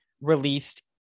released